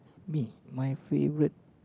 me my favourite